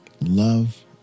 Love